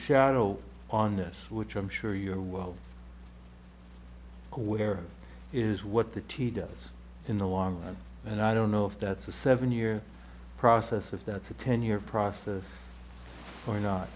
shadow on this which i'm sure your world where is what the tito's in the long run and i don't know if that's a seven year process if that's a ten year process or not